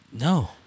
No